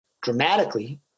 dramatically